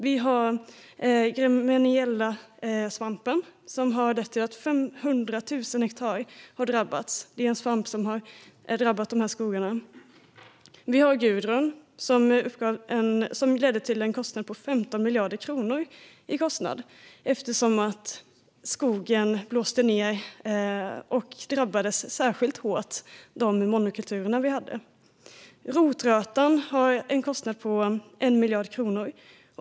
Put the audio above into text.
Vi har gremmeniellasvampen, som har lett till att 500 000 hektar har drabbats. Det är en svamp som har drabbat dessa skogar. Vi har Gudrun, som ledde till en kostnad på 15 miljarder kronor eftersom skogen blåste ned. De monokulturer vi hade drabbades särskilt hårt. Rotrötan ledde till en kostnad på 1 miljard kronor.